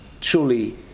truly